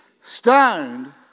stoned